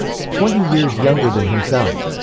twenty years younger than himself.